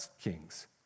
kings